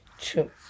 True